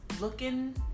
looking